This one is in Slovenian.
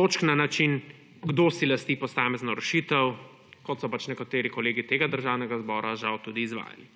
točk na način, kdo si lasti posamezno rešitev, kot so pač nekateri kolegi tega državnega zbora žal tudi izvajali.